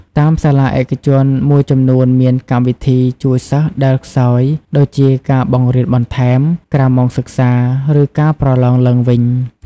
តាមសាលាឯកជនមួយចំនួនមានកម្មវិធីជួយសិស្សដែលខ្សោយ ដូចជា ការបង្រៀនបន្ថែម ក្រៅម៉ោងសិក្សា ឬការប្រឡងឡើងវិញ។